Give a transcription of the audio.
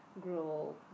grow